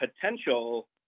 potential